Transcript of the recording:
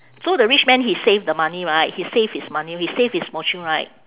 so the rich man he save the money right he save his money he save his fortune right